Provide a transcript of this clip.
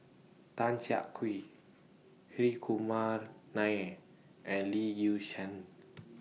Tan Siak Kew Hri Kumar Nair and Lee Yi Shyan